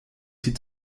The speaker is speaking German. sie